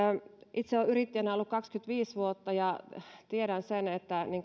itse olen yrittäjänä ollut kaksikymmentäviisi vuotta ja tiedän sen että